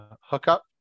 hookup